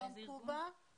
אלון קובה הוא